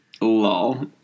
Lol